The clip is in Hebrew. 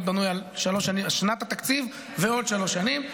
בנוי על שנת התקציב ועוד שלוש שנים,